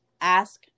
ask